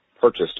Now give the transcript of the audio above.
purchased